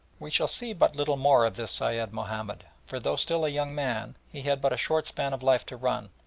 we shall see but little more of this sayed mahomed, for though still a young man, he had but a short span of life to run,